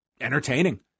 entertaining